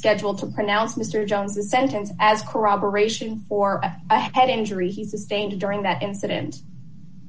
scheduled to pronounce mr johns the sentence as corroboration for a head injury he sustained during that incident